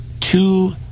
two